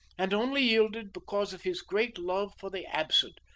and only yielded because of his great love for the absent.